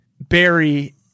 Barry